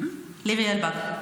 לירי אלבג?